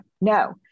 no